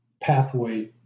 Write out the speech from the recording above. pathway